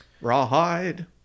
Rawhide